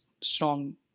strong